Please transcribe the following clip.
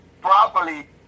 properly